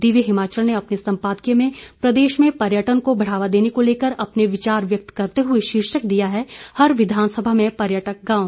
दिव्य हिमाचल ने अपने संपादकीय में प्रदेश में पर्यटन को बढ़ावा देने को लेकर अपने विचार व्यक्त करते हुए शीर्षक दिया है हर विधानसभा में पर्यटक गांव